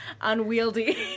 unwieldy